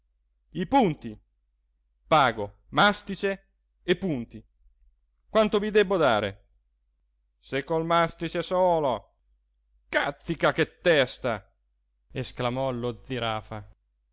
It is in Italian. i punti pago mastice e punti quanto vi debbo dare se col mastice solo càzzica che testa esclamò lo zirafa